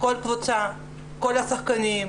כל קבוצה, כל השחקנים,